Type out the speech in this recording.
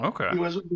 okay